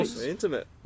Intimate